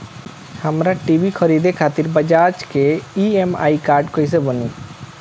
हमरा टी.वी खरीदे खातिर बज़ाज़ के ई.एम.आई कार्ड कईसे बनी?